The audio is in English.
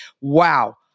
Wow